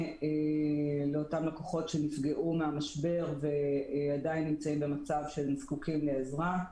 לאותם לקוחות שנפגעו מהמשבר ועדיין נמצאים במצב שהם זקוקים לעזרה,